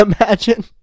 Imagine